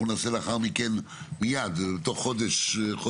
לאחר מכן נעשה לעצמנו